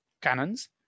cannons